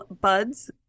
buds